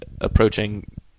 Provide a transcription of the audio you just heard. approaching